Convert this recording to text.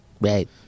Right